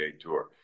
Tour